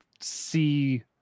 see